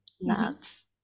Nuts